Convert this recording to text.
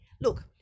Look